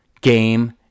game